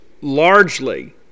largely